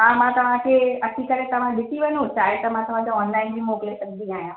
हा मां तव्हांखे अची करे तव्हां ॾिसी वञो चाहे त मां तव्हांखे ऑनलाइन बि मोकिले सघंदी आहियां